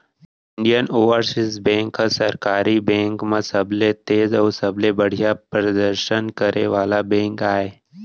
Indian Overseas Bank ह सरकारी bank म सबले तेज अउ सबले बड़िहा परदसन करे वाला बेंक आय